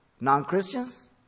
non-Christians